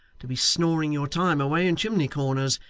to be snoring your time away in chimney-corners,